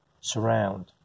surround